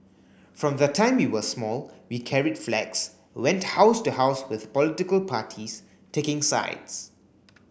from the time we were small we carried flags went house to house with political parties taking sides